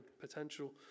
potential